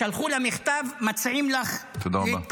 שלחו לה מכתב: מציעים לך להתפטר.